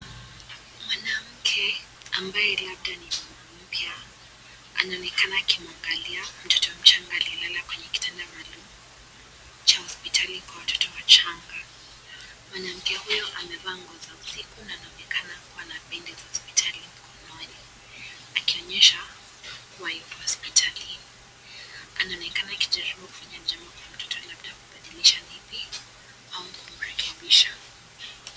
Mwanamke ambaye labda ni mama mpya , anaonekana akimuangalia mtoto mchanga aliyelala kwenye kitanda maalum cha hospitali kwa watoto wachanga ,mwanamke huyu amevaa nguo za usiku na anaonekana kuwa na bendeji za hospitalini mkononi akionyesha kuwa yupo hospitalini ,anaonekana akijaribu kufanya jambo kwa mtoto labda kubadilisha nepi au kumrekebisha .